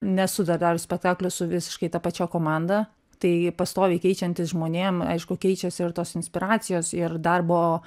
nesu dar darius spektaklio su visiškai ta pačia komanda tai pastoviai keičiantis žmonėm aišku keičiasi ir tos inspiracijos ir darbo